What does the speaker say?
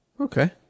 Okay